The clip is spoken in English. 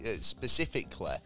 specifically